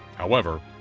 however,